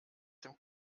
dem